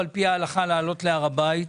על סדר-היום: